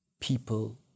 people